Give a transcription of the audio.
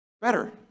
better